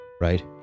right